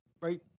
Right